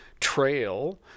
Trail